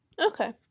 Okay